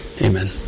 Amen